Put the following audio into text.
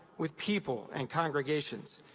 with people and congregations.